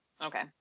Okay